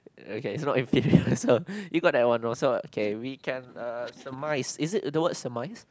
okay so you're not inferior so you got that one so okay we can uh surmise is it the word surmise